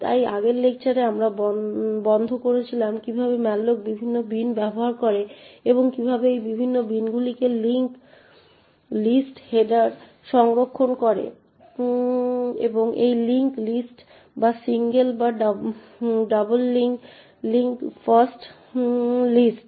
তাই আগের লেকচারে আমরা বন্ধ করেছিলাম কিভাবে malloc বিভিন্ন বিন ব্যবহার করে এবং কিভাবে এই বিভিন্ন বিনগুলি লিংকড লিস্ট হেডার সংরক্ষণ করে এবং এই লিংক লিস্ট হয় সিঙ্গেল বা ডাবললি লিংকড লিস্ট